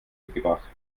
mitgebracht